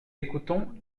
écoutons